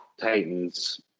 Titans